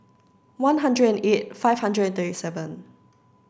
one hundred and eight five hundred thirty seven